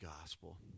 gospel